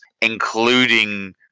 including